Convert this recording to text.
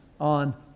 on